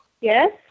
Yes